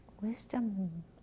wisdom